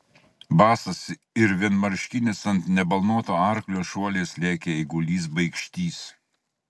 basas ir vienmarškinis ant nebalnoto arklio šuoliais lėkė eigulys baikštys